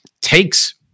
takes